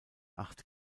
acht